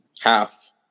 half